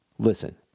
Listen